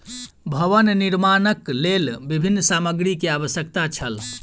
भवन निर्माणक लेल विभिन्न सामग्री के आवश्यकता छल